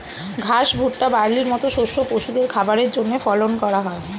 ঘাস, ভুট্টা, বার্লির মত শস্য পশুদের খাবারের জন্যে ফলন করা হয়